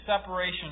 separation